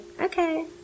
Okay